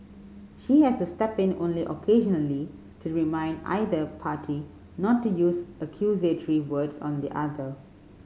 she has to step in only occasionally to remind either party not to use accusatory words on the other